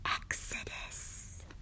Exodus